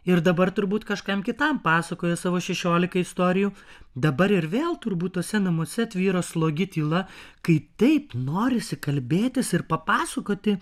ir dabar turbūt kažkam kitam pasakoja savo šešiolika istorijų dabar ir vėl turbūt tuose namuose tvyro slogi tyla kai taip norisi kalbėtis ir papasakoti